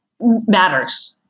matters